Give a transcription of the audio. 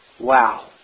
Wow